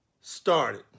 started